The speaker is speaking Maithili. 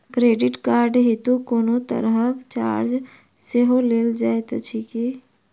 क्रेडिट कार्ड हेतु कोनो तरहक चार्ज सेहो लेल जाइत अछि की?